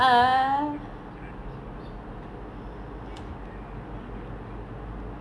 got sentosa beach ah the siloso beach all can go there to lepak lepak